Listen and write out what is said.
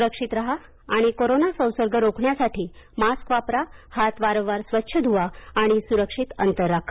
सुक्षित राहा आणि कोरोना संसर्ग रोखण्यासाठी मास्क वापरा हात वारंवार स्वच्छ धुवा आणि सुरक्षित अंतर राखा